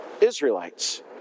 Israelites